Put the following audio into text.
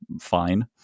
fine